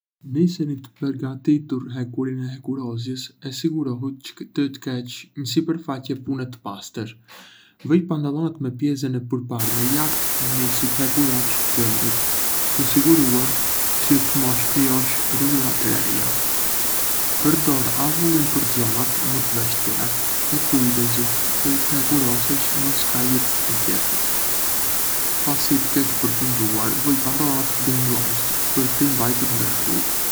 Nisëni të përgatitur hekurin e hekurosjes e sigurohu që të kesh një sipërfaqe pune të pastër. Vëj pantallonat me pjesën e përparme lart e Nisë të hekurosh këmbët, të u siguruar që të mos krijosh rrudha të reja. Përdor avullin për zonat më të vështira e kujdesu të hekurosësh mirë skajet e qepjet. Pasi të kesh përfunduar, vëj pantallonat ndë një gozhdë për t'i mbajtur ndë rregull.